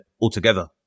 altogether